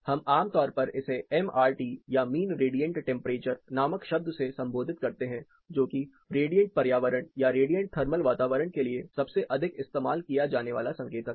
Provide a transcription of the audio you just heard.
हम आमतौर पर इसे एमआरटी या मीन रेडिएंट टेम्परेचर नामक शब्द से संबोधित करते हैं जो कि रेडिएंट पर्यावरण या रेडिएंट थर्मल वातावरण के लिए सबसे अधिक इस्तेमाल किया जाने वाला संकेतक है